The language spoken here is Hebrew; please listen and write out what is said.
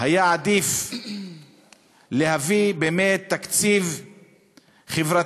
היה עדיף להביא באמת תקציב חברתי.